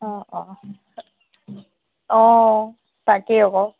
অ অ অ তাকেই আকৌ